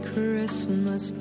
Christmas